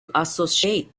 associate